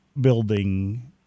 building